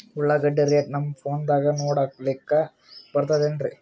ಉಳ್ಳಾಗಡ್ಡಿ ರೇಟ್ ನಮ್ ಫೋನದಾಗ ನೋಡಕೊಲಿಕ ಬರತದೆನ್ರಿ?